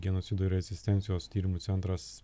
genocido ir rezistencijos tyrimų centras